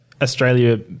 Australia